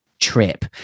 trip